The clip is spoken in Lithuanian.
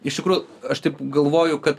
iš tikrų aš taip galvoju kad